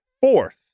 fourth